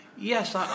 yes